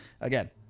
Again